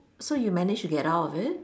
so you managed to get out of it